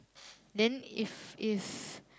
then if it's